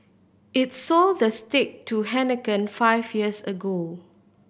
it sold the stake to Heineken five years ago